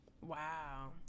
Wow